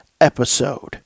episode